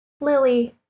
lily